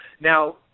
Now